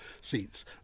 seats